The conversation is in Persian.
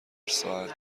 ساعت